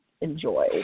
enjoy